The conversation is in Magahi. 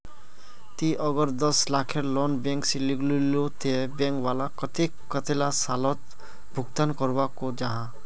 ती अगर दस लाखेर लोन बैंक से लिलो ते बैंक वाला कतेक कतेला सालोत भुगतान करवा को जाहा?